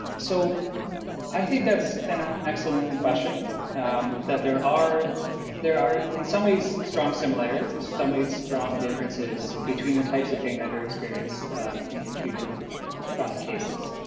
so i think that's an ah excellent and question there are there are in some ways strong similarities in some ways strong differences between the types of pain that are experienced in the acute and chronic cases.